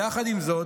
יחד עם זאת,